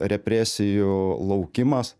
represijų laukimas